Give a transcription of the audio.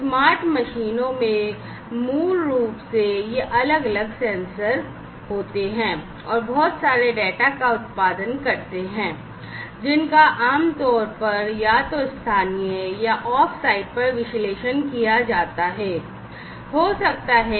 smart मशीनों में मूल रूप से ये अलग अलग सेंसर होते हैं और बहुत सारे डेटा का उत्पादन करते हैं क्लाउड में या डेटा सेंटर में जिनका आमतौर पर या तो स्थानीय या ऑफ साइट पर विश्लेषण किया जाता है